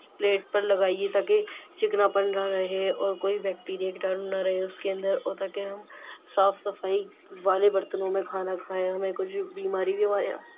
plate پر لگائیے تاکہ چکناپن نہ رہے اور کوئی بیکٹیریا کیٹاڑوں نہ رہے اس کے اندر اور تاکہ ہم صاف صفائی والے برتنوں میں کھانا کھائیں ہمیں کچھ بیماری ویماری نہ